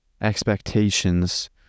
expectations